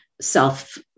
self